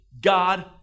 God